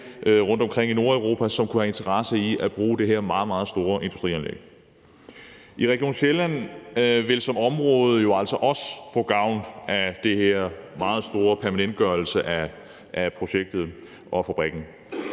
rundtomkring i Nordeuropa? – hvor man kunne have interesse i at bruge det her meget, meget store industrianlæg. Region Sjælland vil som område jo altså også få gavn af den her permanentgørelse af det meget store